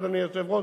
אדוני היושב ראש,